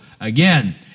again